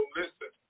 listen